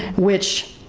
which,